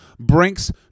Brinks